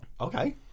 okay